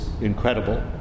incredible